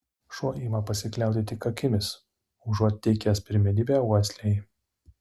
šuo ima pasikliauti tik akimis užuot teikęs pirmenybę uoslei